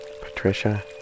Patricia